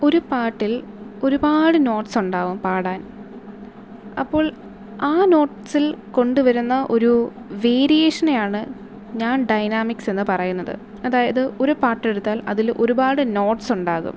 ഒരു പാട്ടിൽ ഒരുപാട് നോട്ട്സ് ഉണ്ടാവും പാടാൻ അപ്പോൾ ആ നോട്ട്സിൽ കൊണ്ടുവരുന്ന ഒരു വേരിയേഷനെ ആണ് ഞാൻ ഡയനാമിക്സ് എന്നു പറയുന്നത് അതായത് ഒരു പാട്ടെടുത്താൽ അതിൽ ഒരുപാട് നോട്ട്സ് ഉണ്ടാകും